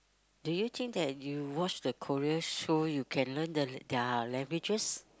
do you think that you watch the Korean show you can learn the their languages